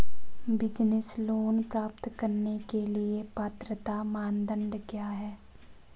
Business loan प्राप्त करने के लिए पात्रता मानदंड क्या हैं?